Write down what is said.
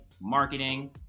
marketing